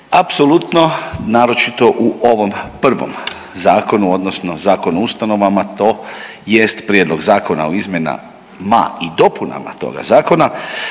apsolutno naročito u ovom prvom zakonu odnosno Zakonu o ustanovama tj. prijedlog zakona o izmjenama i dopunama toga zakona